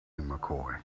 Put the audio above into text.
mccoy